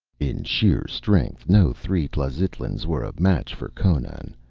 in sheer strength no three tlazitlans were a match for conan,